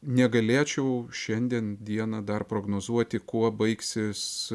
negalėčiau šiandien dieną dar prognozuoti kuo baigsis